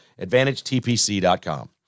AdvantageTPC.com